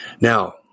Now